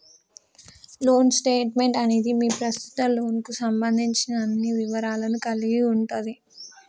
loan statement అనేది మీ ప్రస్తుత లోన్కు సంబంధించిన అన్ని వివరాలను కలిగి ఉంటది